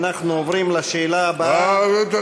אנחנו עוברים לשאלה הבאה.